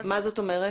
מה זאת אומרת?